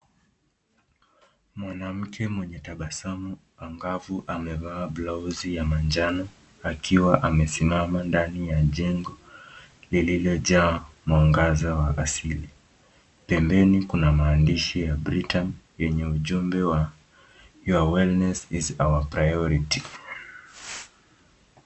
Mwanamke mwenye tabasamu angavu amevaa blausi ya manjano akiwa amesimama ndani ya jengo lililojaa mwangaza wa asili. Pembeni kuna maandishi ya Britam yenye ujumbe wa Your wellness is our priority